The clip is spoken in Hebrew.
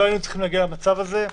לא היינו צריכים להגיע למצב הזה,